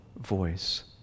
voice